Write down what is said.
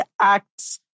acts